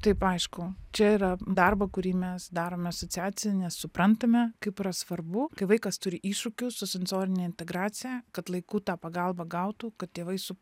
taip aišku čia yra darbo kurį mes darome asociacija nes suprantame kaip yra svarbu kai vaikas turi iššūkių su sensorine integracija kad laiku tą pagalbą gautų kad tėvai su